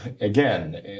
again